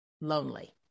lonely